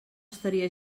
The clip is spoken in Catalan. estaria